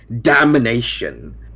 damnation